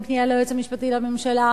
אם פנייה ליועץ המשפטי לממשלה,